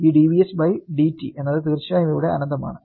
ഈ dvs by dt dvsdt എന്നത് തീർച്ചയായും ഇവിടെ അനന്തമാണ്